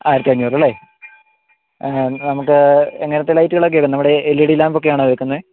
ആയിരത്തഞ്ഞൂറല്ലേ നമുക്ക് എങ്ങനത്തെ ലൈറ്റുകളൊക്കെ ആണ് ഇടുന്നത് നമ്മുടെ എൽ ഇ ഡി ലാമ്പ് ഒക്കെയാണോ വെക്കുന്നത്